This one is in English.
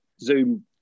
Zoom